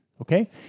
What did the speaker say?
Okay